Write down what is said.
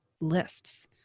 lists